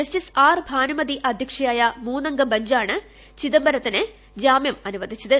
justice R Bhanumathi അധ്യക്ഷയായ മൂന്നംഗ ബഞ്ചാണ് ചിദംബരത്തിന് ജാമ്യം അനുവദിച്ചത്